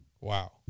Wow